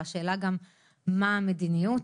השאלה גם מה המדיניות.